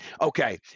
Okay